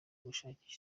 gushakira